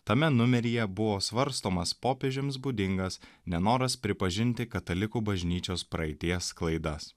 tame numeryje buvo svarstomas popiežiams būdingas nenoras pripažinti katalikų bažnyčios praeities klaidas